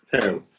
terrible